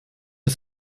ist